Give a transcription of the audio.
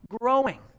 growing